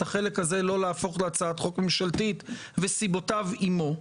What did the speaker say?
החלק הזה לא להפוך להצעת חוק ממשלתית וסיבותיו עמו,